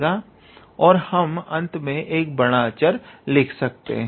और हम अंत में एक बड़ा अचर लिख सकते हैं